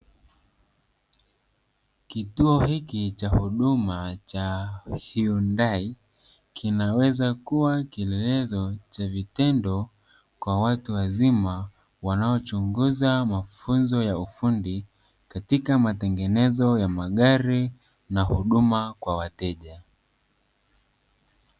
Kituo hiki cha huduma cha Hyundai, hkinaweza kuwa kielelezo cha vitendo kwa watu wazima, wanaochunguza mafunzo ya ufundi, katika matengenezo ya magari na huduma kwa wateja.